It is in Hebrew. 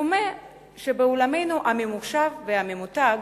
דומה שבעולמנו הממוחשב והממותג,